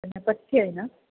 त्यांना पथ्य आहे ना